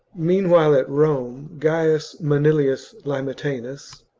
meanwhile at rome gaius manilius limetanus,